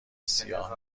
سیاه